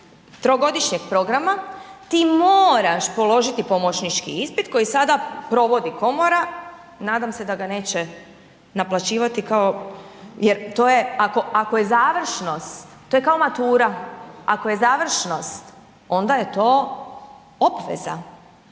trogodišnjeg programa, ti moraš položiti pomoćnički ispit koji sada provodi komora, nadam se da ga neće naplaćivati kao jer to je ako je završnost, to je kao matura, ako je završnost, onda je to obveza.